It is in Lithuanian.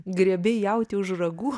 griebei jautį už ragų